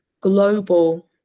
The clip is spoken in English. global